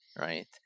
right